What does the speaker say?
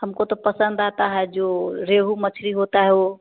हमको तो पसंद आता है जो रोहू मछली होती है वह